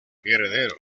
heredero